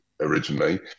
originally